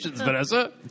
Vanessa